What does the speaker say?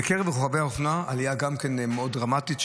בקרב רוכבי האופנוע העלייה מאוד דרמטית,